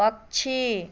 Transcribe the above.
पक्षी